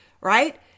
right